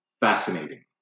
fascinating